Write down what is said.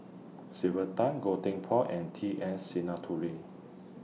Sylvia Tan Goh Tim Phuan and T S Sinnathuray